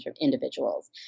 individuals